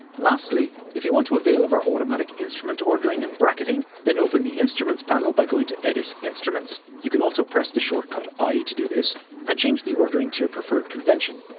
lastly, if you want to avail of our automatic instrument ordering and bracketing, then open the instruments panel by going to edit instruments you can also press the shortcut i to do this and change the ordering to your preferred convention.